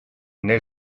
nel